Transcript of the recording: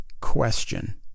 question